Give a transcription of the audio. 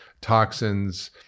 toxins